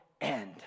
end